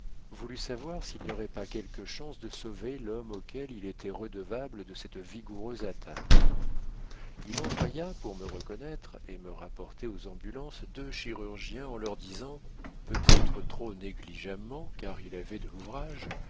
voulut savoir s'il n'y aurait pas quelque chance de sauver l'homme auquel il était redevable de cette vigoureuse attaque il envoya pour me reconnaître et me rapporter aux ambulances deux chirurgiens en leur disant peut-être trop négligemment car il avait de l'ouvrage